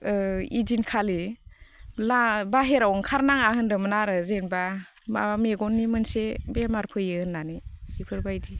बेदिनखालि बाहेराव ओंखार नाङा होनदोंमोन आरो जेनेबा माबा मेगननि मोनसे बेमार फैयो होननानै बेफोरबायदि